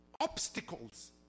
obstacles